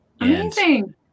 Amazing